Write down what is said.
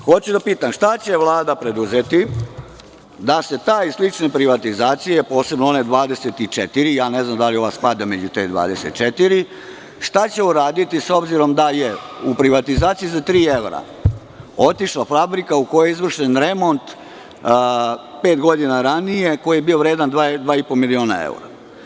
Hoću da pitam – šta će Vlada preduzeti da se ta i slične privatizacije, posebno one 24, ne znam da li ova spada među te 24, šta će uraditi s obzirom da je u privatizaciji za tri evra otišla fabrika u kojoj je izvršen remont pet godina ranije, koji je bio vredan 2,5 miliona evra?